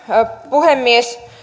puhemies